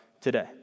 today